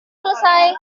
selesai